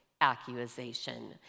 accusation